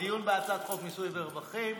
בדיון בהצעת חוק מיסוי ורווחים,